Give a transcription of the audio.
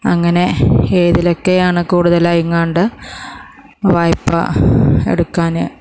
അങ്ങനെ ഏതിലൊക്കെയാണ് കൂടുതലങ്ങാണ്ട് വായ്പ്പ എടുക്കാൻ